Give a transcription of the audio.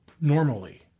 normally